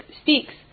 speaks